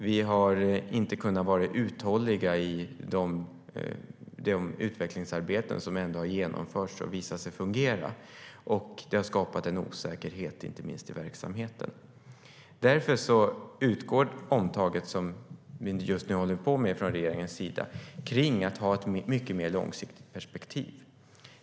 Vi har inte kunnat vara uthålliga i de utvecklingsarbeten som ändå har genomförts och visat sig fungera. Det har skapat osäkerhet, inte minst i verksamheten. Därför utgår omtaget som regeringen just nu håller på med från att ha ett mycket mer långsiktigt perspektiv.